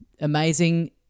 amazing